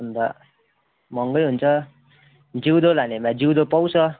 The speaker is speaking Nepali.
अन्त महँगै हुन्छ जिउँदो लानेमा जिउँदो पाउँछ